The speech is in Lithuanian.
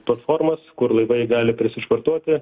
tas formas kur laivai gali prisišvartuoti